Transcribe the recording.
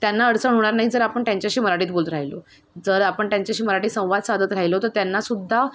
त्यांना अडचण होणार नाही जर आपण त्यांच्याशी मराठीत बोलत राहिलो जर आपण त्यांच्याशी मराठीत संवाद साधत राहिलो तर त्यांनासुद्धा